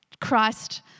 Christ